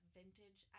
vintage